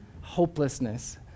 hopelessness